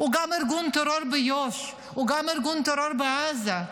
הוא גם ארגון טרור ביו"ש, הוא גם ארגון טרור בעזה.